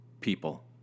people